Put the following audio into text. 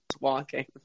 walking